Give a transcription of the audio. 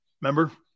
Remember